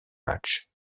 matches